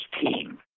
team